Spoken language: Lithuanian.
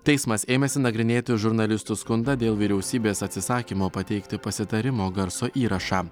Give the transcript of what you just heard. teismas ėmėsi nagrinėti žurnalistų skundą dėl vyriausybės atsisakymo pateikti pasitarimo garso įrašą